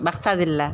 বাক্সা জিলা